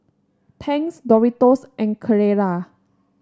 Tangs Doritos and Carrera